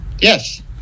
Yes